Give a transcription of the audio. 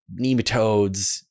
nematodes